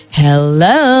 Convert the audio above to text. hello